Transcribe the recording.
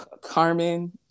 Carmen